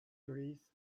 trees